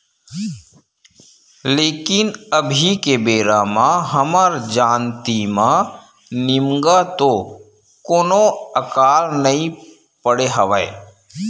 लेकिन अभी के बेरा म हमर जानती म निमगा तो कोनो अकाल नइ पड़े हवय